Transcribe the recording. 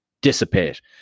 dissipate